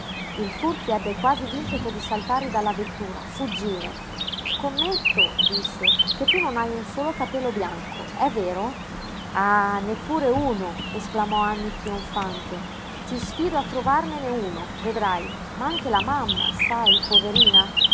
il furti ebbe quasi l'impeto di saltare dalla vettura fuggire scommetto disse che tu non hai un solo capello bianco è vero ah neppure uno esclamò anny trionfante ti sfido a trovarmene uno vedrai ma anche la mamma sai poverina